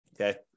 Okay